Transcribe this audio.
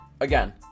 again